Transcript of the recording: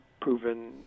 proven